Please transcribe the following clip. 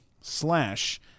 slash